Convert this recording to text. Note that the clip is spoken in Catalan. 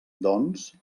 doncs